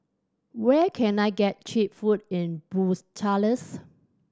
where can I get cheap food in Bucharest